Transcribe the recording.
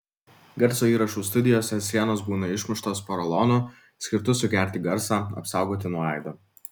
garso įrašų studijose sienos būna išmuštos porolonu skirtu sugerti garsą apsaugoti nuo aido